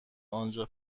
آنجا